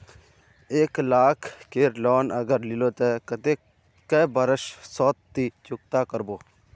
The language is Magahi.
एक लाख केर लोन अगर लिलो ते कतेक कै बरश सोत ती चुकता करबो?